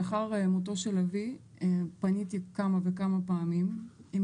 לאחר מותו של אבי פניתי כמה פעמים עם